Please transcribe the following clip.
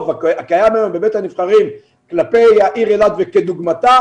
שקיים היום בבית הנבחרים כלפי העיר אילת וכדוגמתה,